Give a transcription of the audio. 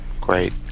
Great